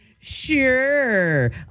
Sure